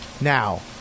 now